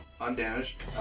undamaged